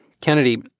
Kennedy